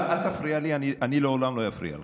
אל תפריע לי, אני לעולם לא אפריע לך.